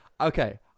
Okay